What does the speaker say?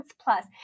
Plus